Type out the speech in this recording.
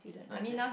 oh is it